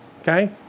Okay